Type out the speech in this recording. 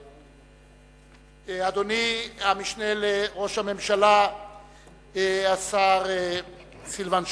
אדוני המשנה לראש הממשלה השר סילבן שלום,